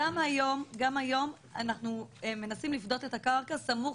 גם היום אנחנו מנסים לפדות את הקרקע סמוך